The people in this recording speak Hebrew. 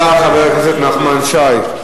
תודה רבה לחבר הכנסת נחמן שי.